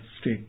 state